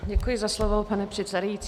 Děkuji za slovo, pane předsedající.